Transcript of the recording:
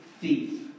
thief